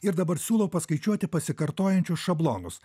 ir dabar siūlau paskaičiuoti pasikartojančius šablonus